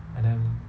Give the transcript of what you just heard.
and then